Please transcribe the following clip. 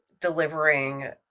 delivering